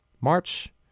March